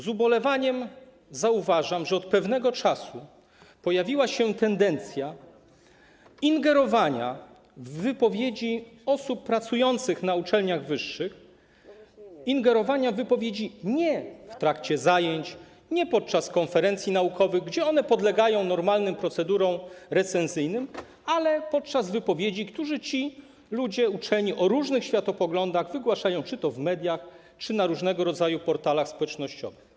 Z ubolewaniem zauważam, że od pewnego czasu pojawiła się tendencja do ingerowania w wypowiedzi osób pracujących na uczelniach wyższych, ingerowania w wypowiedzi nie w trakcie zajęć, nie podczas konferencji naukowych, które podlegają normalnym procedurom recenzyjnym, ale w wypowiedzi, które ci ludzie, uczeni o różnych światopoglądach wygłaszają w mediach czy na różnego rodzaju portalach społecznościowych.